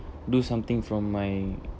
do something from my